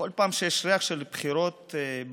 בכל פעם שיש ריח של בחירות באוויר,